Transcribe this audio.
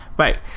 Right